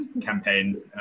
campaign